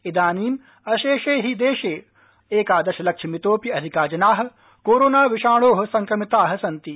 इदानीम् अशेषे हि दशे एकादशलक्ष मितोऽपि अधिका जनाः कोरोना विषाणोः संक्रमिताः सन्ति